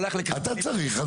אתה צריך.